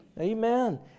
Amen